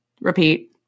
repeat